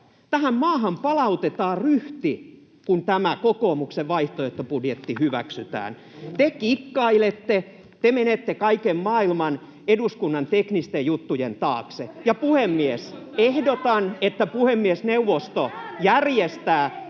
Tähän maahan palautetaan ryhti, kun tämä kokoomuksen vaihtoehtobudjetti hyväksytään. Te kikkailette, te menette kaiken maailman eduskunnan teknisten juttujen taakse. [Välihuutoja keskustan ryhmästä] — Ja, puhemies, ehdotan, että puhemiesneuvosto järjestää